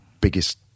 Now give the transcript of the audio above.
biggest